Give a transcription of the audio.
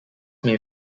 may